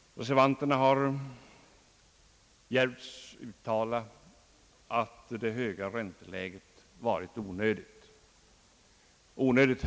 Reservanterna har djärvts uttala, att ränteläget varit onödigt högt.